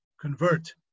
convert